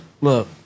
look